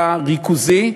אתה ריכוזי,